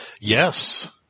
Yes